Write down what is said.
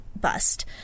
bust